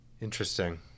Interesting